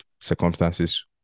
circumstances